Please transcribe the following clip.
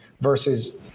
versus